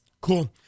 Cool